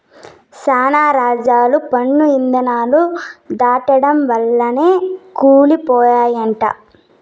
శానా రాజ్యాలు పన్ను ఇధానాలు దాటడం వల్లనే కూలి పోయినయంట